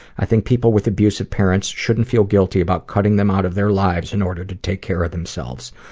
i think people with abusive parents shouldn't feel guilty about cutting them out of their lives in order to take care of themselves.